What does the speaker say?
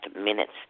minutes